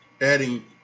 adding